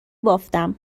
بافتم